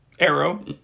Arrow